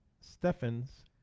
Stephens